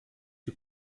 who